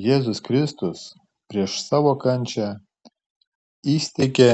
jėzus kristus prieš savo kančią įsteigė